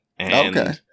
Okay